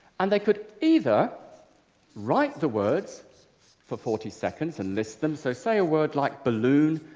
and they could either write the words for forty seconds and list them. so say a word like balloon.